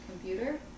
computer